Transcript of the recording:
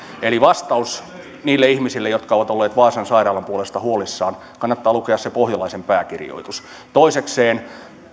eli vastaus niille ihmisille jotka ovat olleet vaasan sairaalan puolesta huolissaan kannattaa lukea se pohjalaisen pääkirjoitus toisekseen